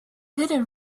hidden